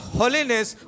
holiness